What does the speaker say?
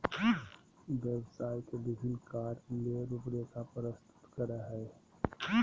व्यवसाय के विभिन्न कार्य ले रूपरेखा प्रस्तुत करो हइ